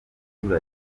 uburyo